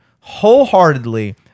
wholeheartedly